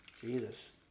Jesus